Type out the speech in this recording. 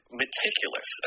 meticulous